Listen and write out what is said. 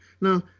Now